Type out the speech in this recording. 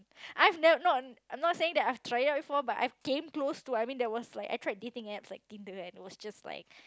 I've never no I'm not saying that I've tried out before but I've came close to I mean there was like I tried dating apps like Tinder and it was just like